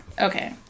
Okay